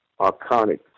iconic